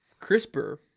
CRISPR